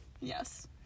Yes